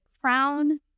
crown